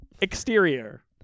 Exterior